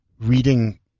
reading